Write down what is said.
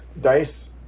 dice